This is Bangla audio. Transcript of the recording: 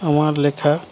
আমার লেখা